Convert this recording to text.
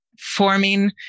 forming